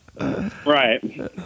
Right